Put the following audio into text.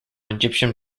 egyptian